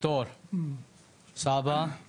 בתור סבא,